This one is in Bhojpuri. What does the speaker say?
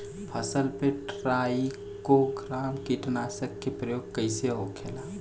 फसल पे ट्राइको ग्राम कीटनाशक के प्रयोग कइसे होखेला?